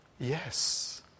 Yes